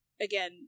again